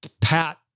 Pat